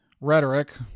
Rhetoric